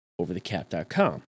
OverTheCap.com